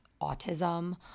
autism